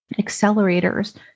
accelerators